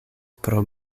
pro